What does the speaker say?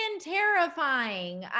terrifying